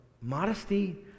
modesty